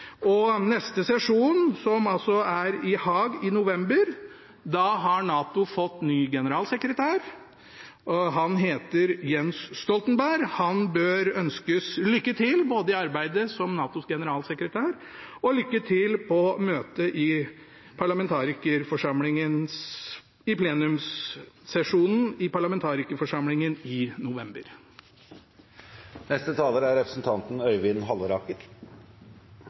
til neste sesjon, som altså er i Haag i november, har NATO fått ny generalsekretær. Han heter Jens Stoltenberg. Han bør ønskes lykke til både i arbeidet som NATOs generalsekretær og på møtet i plenumssesjonen i parlamentarikerforsamlingen i november. Jeg hadde i grunnen ikke tenkt å ta ordet i denne debatten, for det vi behandler, er